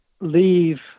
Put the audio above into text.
leave